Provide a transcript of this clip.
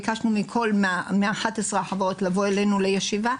ביקשנו מכל 11 החברות לבוא אלינו לישיבה.